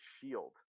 shield